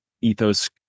ethos